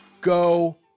go